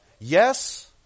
yes